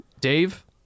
Dave